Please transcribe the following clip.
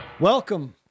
Welcome